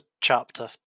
chapter